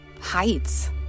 heights